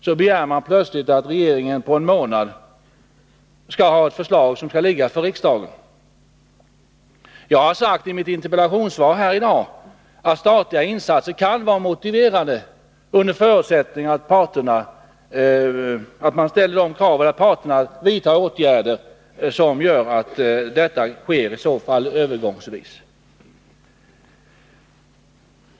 Men nu begär man plötsligt att regeringen på en månad skall ha ett förslag att förelägga riksdagen. Jag har sagt i mitt interpellationssvar här i dag att statliga insatser kan vara motiverade övergångsvis, under förutsättning att man ställer det kravet att parterna vidtar sådana åtgärder som leder till en anpassning av kostnadsnivån.